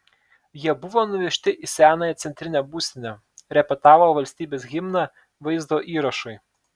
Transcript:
jie buvo nuvežti į senąją centrinę būstinę repetavo valstybės himną vaizdo įrašui